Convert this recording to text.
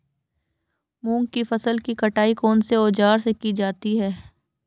मूंग की फसल की कटाई कौनसे औज़ार से की जाती है?